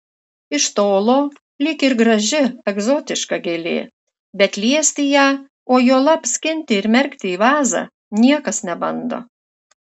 iš tolo lyg ir graži egzotiška gėlė bet liesti ją o juolab skinti ir merkti į vazą niekas nebando